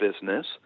business